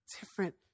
different